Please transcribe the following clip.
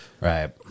right